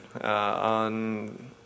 on